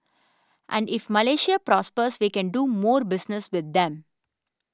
and if Malaysia prospers we can do more business with them